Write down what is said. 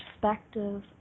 perspective